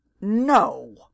no